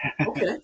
okay